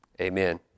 amen